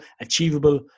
achievable